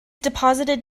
deposited